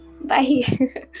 Bye